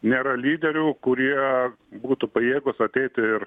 nėra lyderių kurie būtų pajėgūs ateitų ir